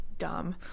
dumb